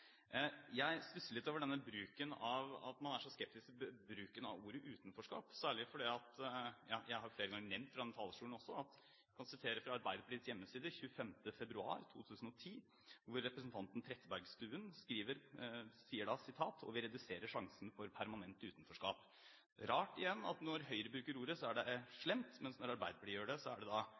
Jeg stusser litt over at man er så skeptisk til bruken av ordet «utenforskap». Jeg har flere ganger nevnt fra denne talerstolen og kan sitere fra Arbeiderpartiets hjemmeside 25. februar 2010, hvor representanten Trettebergstuen skriver: Og «vi reduserer sjansen for permanent utenforskap». Det er rart – igjen – at når Høyre bruker ordet, er det slemt, mens når Arbeiderpartiet gjør det, er det